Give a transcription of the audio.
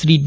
Shri D